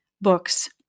books